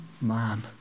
man